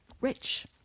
rich